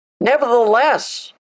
nevertheless